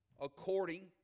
according